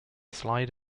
slide